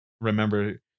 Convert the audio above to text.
remember